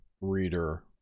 reader